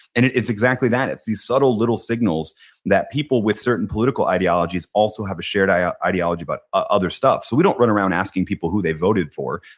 and it's exactly that. it's these subtle little signals that people with certain political ideologies also have a shared ah ideology about other stuff. so we don't run around asking people who they voted for.